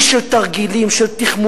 איש של תרגילים, של תכמונים.